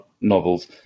novels